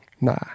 Nah